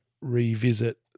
revisit